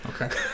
Okay